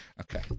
Okay